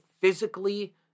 physically